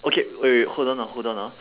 okay wait wait wait hold on ah hold on ah